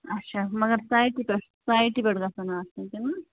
اَچھا مگر سایٹہِ پٮ۪ٹھ سایٹہِ پٮ۪ٹھ گژھن آسٕنۍ کِنہٕ نہٕ